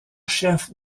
chef